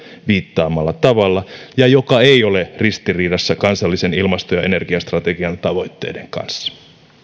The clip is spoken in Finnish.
viittaamalla tavalla ja joka ei ole ristiriidassa kansallisen ilmasto ja energiastrategian tavoitteiden kanssa